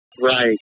Right